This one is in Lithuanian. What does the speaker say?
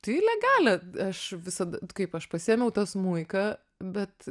tai į legalią aš visad kaip aš pasiėmiau tą smuiką bet